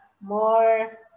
more